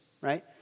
right